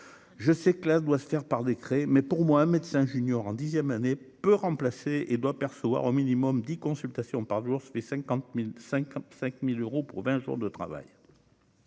je sais classe doit se faire par décret, mais pour moi, un médecin junior en dixième année peut remplacer et doit percevoir au minimum dix consultations par jour ça fait 50000 55 1000 euros pour 20 jours de travail,